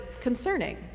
concerning